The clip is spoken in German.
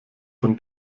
von